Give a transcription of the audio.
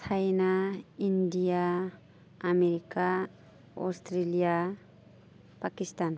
China India America Australia Pakistan